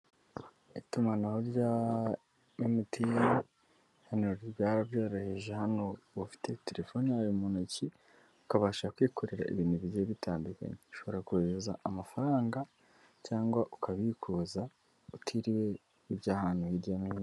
Itumanaho rya MTN hano bwa rabyoroheje hano uba ufite telefone yawe mu ntoki ukabasha kwikorera ibintu bigiye bitandukanye ushobora kohereza amafaranga cyangwa ukabikuza utiriwe ujya hantu hirya no hino.